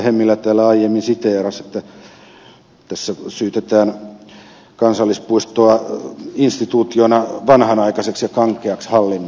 hemmilä täällä aiemmin siteerasi että tässä syytetään kansallispuistoa instituutiona vanhanaikaiseksi ja kankeaksi hallinnoltaan